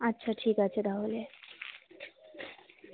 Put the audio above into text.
আচ্ছা ঠিক আছে তাহলে